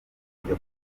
kujya